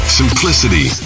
simplicity